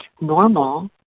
normal